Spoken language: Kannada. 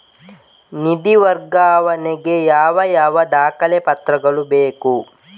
ನಿಧಿ ವರ್ಗಾವಣೆ ಗೆ ಯಾವ ಯಾವ ದಾಖಲೆ ಪತ್ರಗಳು ಬೇಕು?